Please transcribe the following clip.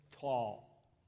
tall